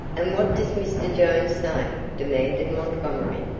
and what does mr. jones say? demanded montgomery.